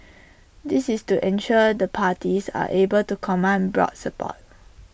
this is to ensure the parties are able to command broad support